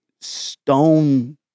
stone